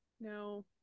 No